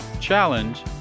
challenge